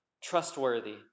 trustworthy